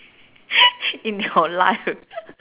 in your life